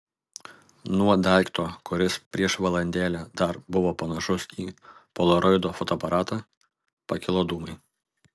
nuo daikto kuris prieš valandėlę dar buvo panašus į polaroido fotoaparatą pakilo dūmai